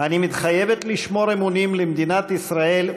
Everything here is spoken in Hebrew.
"אני מתחייבת לשמור אמונים למדינת ישראל,